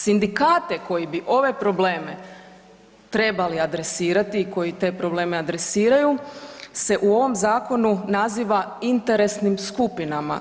Sindikate koji bi ove probleme trebali adresirati i koji te probleme adresiraju se u ovom zakonu naziva interesnim skupinama.